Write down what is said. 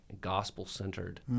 gospel-centered